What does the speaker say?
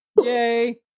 Yay